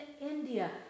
India